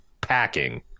packing